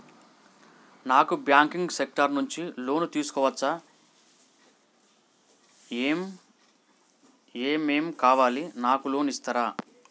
నాకు banking sector నుంచి loan తీసుకోవచ్చా? ఏమేం కావాలి? నాకు లోన్ ఇస్తారా?